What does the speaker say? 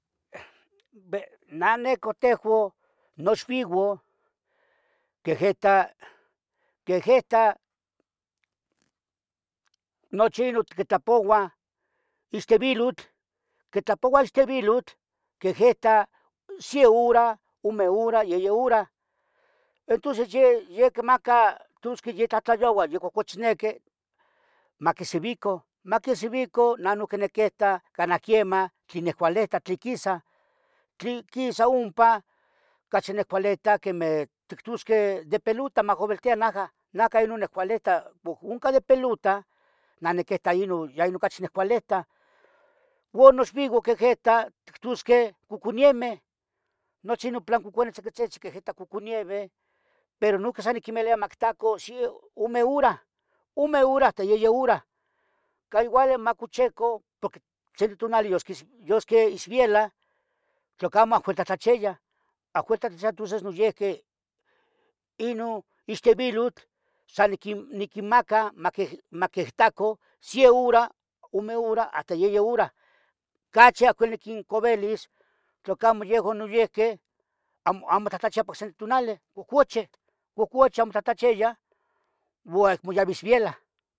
Na nehco teju nanovivan quehetah, quehetah nochi noquititapouah ixtivilotl quitlapovah ixtevilotl quehetah se hora ome hora yeyi hora entonces yeh quimaca quitusqueh ya tlahtlahyoua ya cohxcochisneniquih maquisivica maquisivica nanoh niquita canah quieman tlen necuelita tli quisa tli quisa ompa cachi nicuilita quemeh ictusquih de pelota mauiltia najan neca non nicuilita oncan di pilota naniquita ino ya ocachi nicuilitah uan noxvivan quihetah quitusqueh coconiemeh nochi no tocotzitzih quihitah coconieve pero noiuqui sa niquimiluia maquitacan omi hora ta yeyi hora ca igual macucheco porqui siqui tonali yosqui isviela tlacamo ajuerza tachiya ajuerza tachiya tonces noiuqui inon ixtivilotl san nanquimaca maquitacon se hora ome hora hasta yeyi hora cachi acmo niquincavilis tla camo yehuan noyiuqui amo tlahtlayiya para nose in tonali oc cochih oc cochi acmo tlachiya uo acmo yavi esviela